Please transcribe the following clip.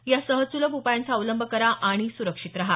या सहज सुलभ उपायांचा अवलंब करा आणि सुरक्षित रहा